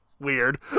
weird